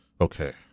okay